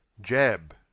Jab